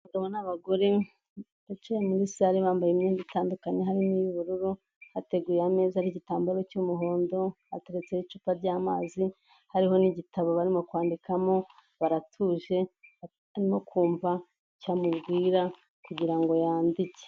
Abagabo n'abagore bicaye muri sare, bambaye imyenda itandukanye, harimo iy'ubururu hateguye ameza ariho igitambaro cy'umuhondo, hateretseho icupa ry'amazi, hariho n'gitabo barimo kwandikamo, baratuje barimo kumva icyo bamubwira kugirango yandike.